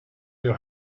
your